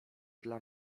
dla